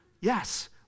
yes